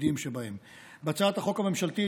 בהצעת החוק הממשלתית,